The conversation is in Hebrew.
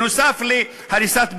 נוסף על הריסת בתים,